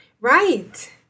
Right